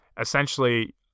essentially